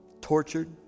tortured